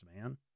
man